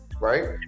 Right